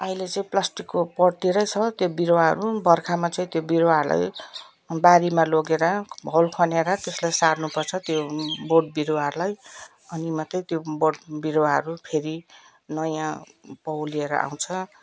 अहिले चाहिँ प्लास्टिकको पटतिरै छ त्यो बिरुवाहरू बर्खामा चाहिँ त्यो बिरुवाहरूलाई बारीमा लगेर होल खनेर त्यसलाई सार्नुपर्छ त्यो त्यो बोट बिरुवाहरूलाई अनि मात्रै त्यो बोट बिरुवाहरू फेरि नयाँ पलाएर आउँछ